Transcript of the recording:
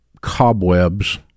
cobwebs